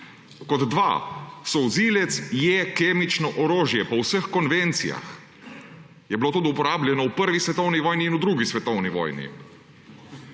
Kot dva. Solzivec je kemično orožje po vseh konvencijah. Je bilo tudi uporabljeno v 1. svetovni vojni in v 2. svetovni vojni.